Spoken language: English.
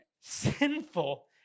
sinful